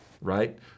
right